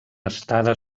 estada